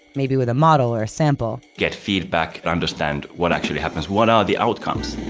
maybe with a model or a sample get feedback and understand what actually happens. what are the outcomes?